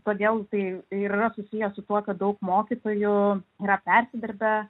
todėl tai tai ir yra susiję su tuo kad daug mokytojų yra persidirbę